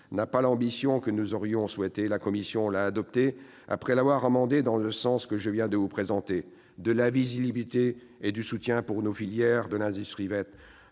n'a pas l'ambition que nous aurions souhaitée, la commission l'a adopté après l'avoir amendé dans le sens que je viens de vous présenter : de la visibilité et du soutien pour nos filières de l'industrie verte,